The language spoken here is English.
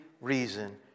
reason